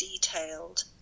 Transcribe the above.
detailed